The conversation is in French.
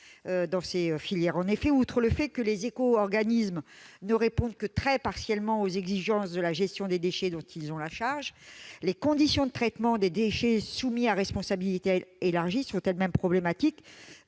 dans ces filières. Outre que les éco-organismes ne répondent que très partiellement aux exigences de la gestion des déchets dont ils ont la charge, les conditions de traitement des déchets soumis à la responsabilité élargie du producteur sont elles-mêmes problématiques,